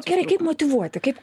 gerai kaip motyvuoti kaip